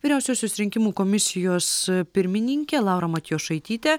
vyriausiosios rinkimų komisijos pirmininkė laura matjošaitytė